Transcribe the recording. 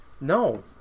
No